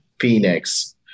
Phoenix